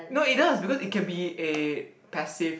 no it does because it can be a passive